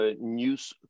news